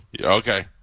Okay